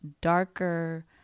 darker